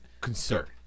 concern